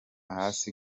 hasi